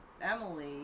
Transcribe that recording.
Emily